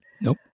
Nope